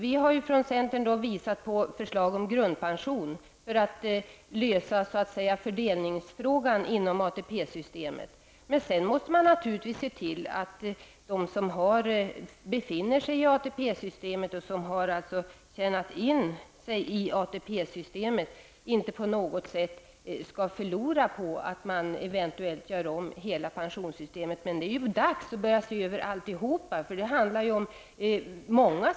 Vi har från centern framlagt förslag om en grundpension för att lösa fördelningsfrågan inom ATP-systemet. Dessutom måste man naturligtvis se till att de som kommit in i ATP-systemet inte på något sätt skall förlora på att man eventuellt gör om detta. Det är nu dags att börja se över pensionssystemet i dess helhet.